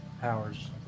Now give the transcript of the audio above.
powers